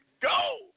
go